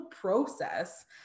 process